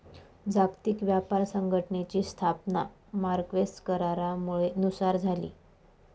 जागतिक व्यापार संघटनेची स्थापना मार्क्वेस करारानुसार झाली